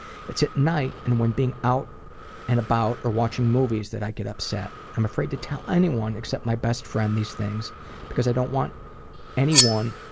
it's at night and when being out and about or watching movies that i get upset. i'm afraid to tell anyone except my best friend these things because i don't want anyone.